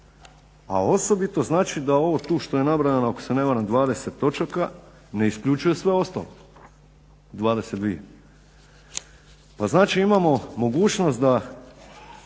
a osobito znači da ovo tu što je nabrojano ako se ne varam 20 točaka ne isključuje sve ostalo. Pa znači imamo mogućnost da